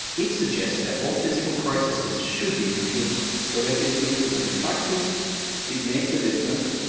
it suggests that all physical processes should be computable. so that's in principle. in practice it makes a difference,